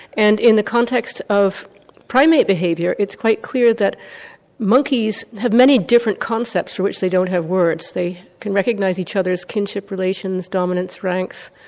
and in the context of primate behaviour it's quite clear that monkeys have many different concepts for which they don't have words. they can recognise each other's kinship relations, dominance, ranks.